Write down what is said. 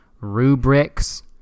Rubrics